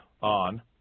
On